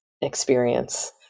experience